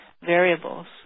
variables